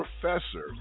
professor